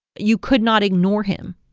you could not ignore him,